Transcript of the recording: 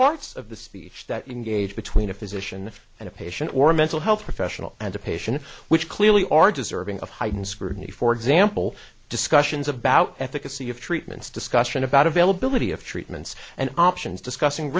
parts of the speech that engage between a physician and a patient or a mental health professional and a patient which clearly are deserving of heightened scrutiny for example discussions about efficacy of treatments discussion about availability of treatments and options discussing